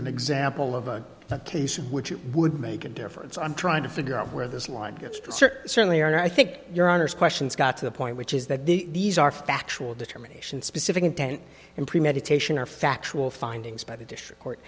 an example of a case in which it would make a difference i'm trying to figure out where this line gets certainly and i think your honour's questions got to the point which is that these are factual determination specific intent and premeditation are factual findings by the district court